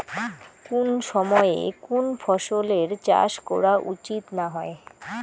কুন সময়ে কুন ফসলের চাষ করা উচিৎ না হয়?